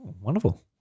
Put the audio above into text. Wonderful